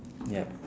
yup